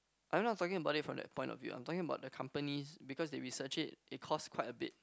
I'm not talking about it from that point of view I'm talking about the companies because they research it it cost quite a bit